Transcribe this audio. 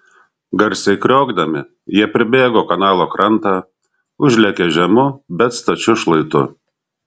garsiai kriokdami jie pribėgo kanalo krantą užlėkė žemu bet stačiu šlaitu